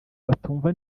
batumva